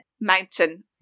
mountain